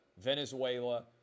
Venezuela